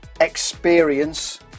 experience